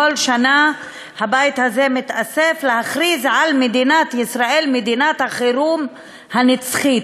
כל שנה הבית הזה מתאסף להכריז על מדינת ישראל מדינת החירום הנצחית.